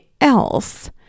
else